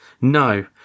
No